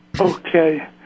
Okay